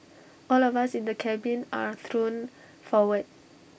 all of us in the cabin are thrown forward